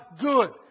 good